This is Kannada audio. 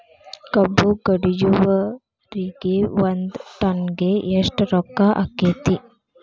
ಕಬ್ಬು ಕಡಿಯುವರಿಗೆ ಒಂದ್ ಟನ್ ಗೆ ಎಷ್ಟ್ ರೊಕ್ಕ ಆಕ್ಕೆತಿ?